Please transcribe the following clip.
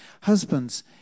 Husbands